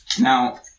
Now